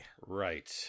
Right